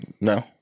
No